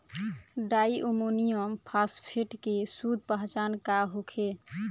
डाई ammonium phosphate के शुद्ध पहचान का होखे?